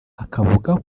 akavuga